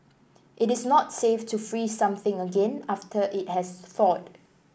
it is not safe to freeze something again after it has thawed